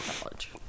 college